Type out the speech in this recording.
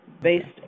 based